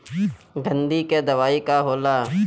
गंधी के दवाई का होला?